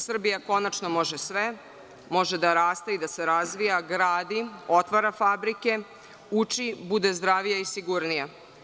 Srbija konačno može sve, može da raste i da se razvija, gradi, otvara fabrike, uči, bude zdravija i sigurnija.